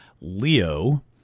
Leo